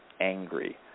angry